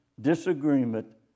Disagreement